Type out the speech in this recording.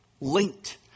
linked